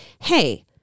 hey